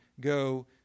go